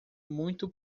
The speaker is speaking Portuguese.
muito